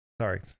sorry